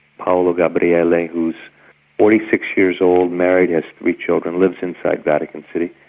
paolo gabriele, like who's forty six years old, married, has three children, lives inside vatican city,